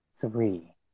Three